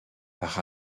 par